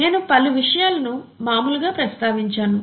నేను నేను పలు విషయాలను మాములుగా ప్రస్తావించాను